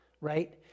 right